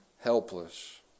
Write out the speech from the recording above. helpless